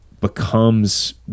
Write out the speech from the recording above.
becomes